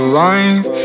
life